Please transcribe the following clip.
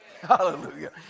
Hallelujah